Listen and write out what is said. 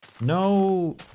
No